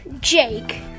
Jake